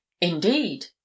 Indeed